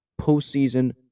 postseason